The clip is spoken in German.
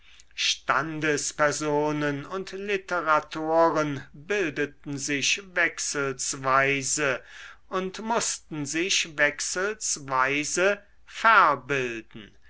standespersonen und literatoren bildeten sich wechselsweise und mußten sich wechselsweise